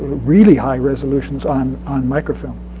really high resolutions on on microfilm.